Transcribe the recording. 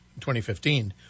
2015